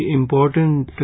important